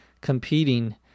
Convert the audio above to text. competing